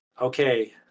okay